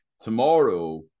tomorrow